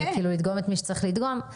של לדגום את מי שצריך לדגום.